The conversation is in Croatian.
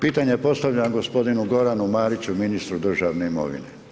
Pitanje postavljam g. Goranu Mariću, ministru državne imovine.